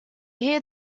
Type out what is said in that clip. hear